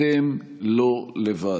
אתם לא לבד.